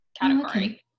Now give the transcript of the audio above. category